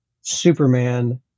Superman